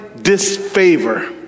disfavor